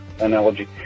analogy